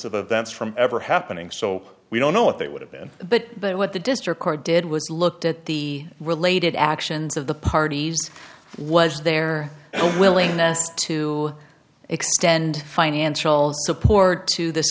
of events from ever happening so we don't know what they would have been but but what the district court did was looked at the related actions of the parties was there a willingness to extend financial support to this